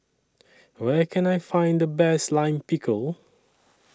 Where Can I Find The Best Lime Pickle